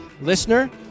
Listener